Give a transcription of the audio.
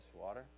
water